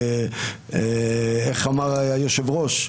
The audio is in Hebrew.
איך אמר היושב-ראש?